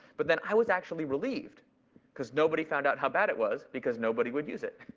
but then, i was actually relieved cause nobody found out how bad it was because nobody would use it.